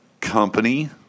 company